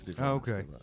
Okay